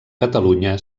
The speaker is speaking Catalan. catalunya